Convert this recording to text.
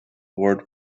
award